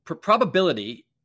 probability